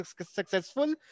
successful